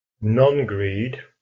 non-greed